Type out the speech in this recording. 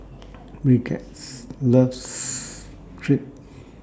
Brigitte loves Crepe